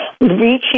reaching